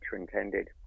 intended